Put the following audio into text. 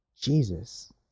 Jesus